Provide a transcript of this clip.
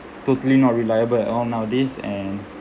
totally not reliable at all nowadays and